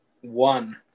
One